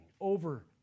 over